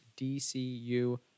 DCU